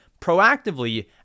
proactively